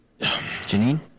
Janine